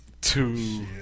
Two